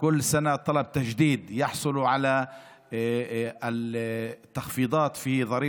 בכל שנה בקשה לחידוש כדי לקבל את ההנחות בארנונה,